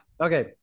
okay